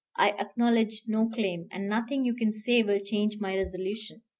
i acknowledge no claim, and nothing you can say will change my resolution.